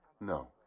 No